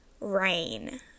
rain